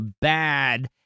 bad